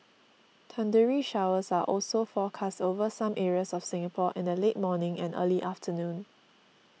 thundery showers are also forecast over some areas of Singapore in the late morning and early afternoon